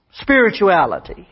spirituality